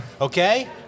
Okay